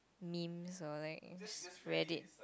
memes or like Reddit